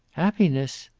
happiness!